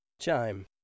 Chime